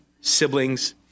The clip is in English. siblings